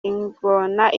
ingona